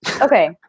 Okay